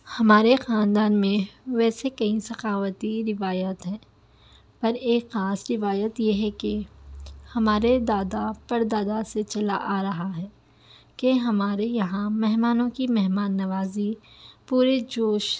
ہمارے خاندان میں ویسے کئی ثقافتی روایت ہیں پر ایک خاص روایت یہ ہے کہ ہمارے دادا پردادا سے چلا آ رہا ہے کہ ہمارے یہاں مہمانوں کی مہمان نوازی پورے جوش